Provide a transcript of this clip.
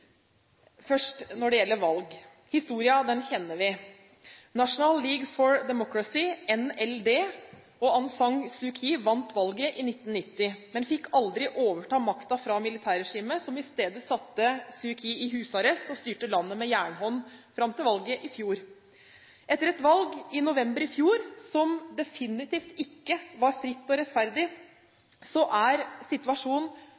først når det gjelder valg. Historien kjenner vi: National League for Democracy, NLD, og Aung San Suu Kyi vant valget i 1990, men fikk aldri overta makten fra militærregimet, som i stedet satte Suu Kyi i husarrest og styrte landet med jernhånd fram til valget i fjor. Etter et valg i november i fjor som definitivt ikke var fritt og rettferdig, er situasjonen